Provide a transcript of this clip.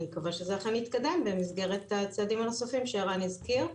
אני מקווה שזה אכן יתקדם במסגרת הצעדים הנוספים שערן הזכיר.